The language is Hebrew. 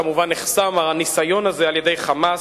כמובן נחסם הניסיון הזה על-ידי "חמאס".